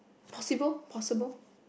possible possible